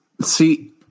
see